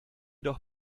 doch